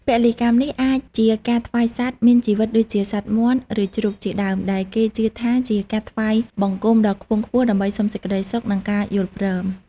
ពលីកម្មនេះអាចជាការថ្វាយសត្វមានជីវិតដូចជាសត្វមាន់ ឬជ្រូក ជាដើម ដែលគេជឿថាជាការថ្វាយបង្គំដ៏ខ្ពង់ខ្ពស់ដើម្បីសុំសេចក្តីសុខ និងការយល់ព្រម។